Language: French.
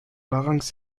larynx